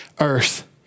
earth